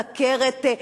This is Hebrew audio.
סוכרת,